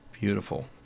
Beautiful